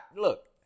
look